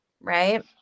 right